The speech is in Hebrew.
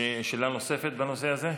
שאלה נוספת בנושא הזה?